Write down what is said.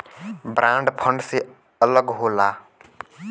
bond fund से अलग होला